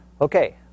Okay